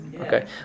Okay